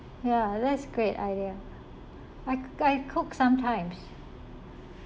ya that's great idea I cook sometimes